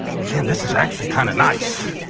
man, this is actually kind of nice.